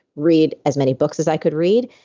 read as many books as i could read,